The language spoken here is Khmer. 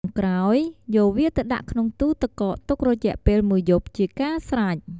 ចុងក្រោយ យកវាទៅដាក់ក្នុងទូរទឹកកកទុករយៈពេលមួយយប់ ជាការស្រេច។